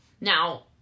Now